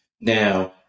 Now